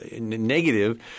negative